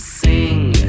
sing